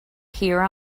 hear